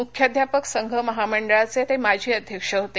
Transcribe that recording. मुख्याध्यापक संघ महामंडळाचे ते माजी अध्यक्ष होते